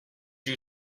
you